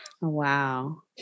Wow